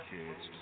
Kids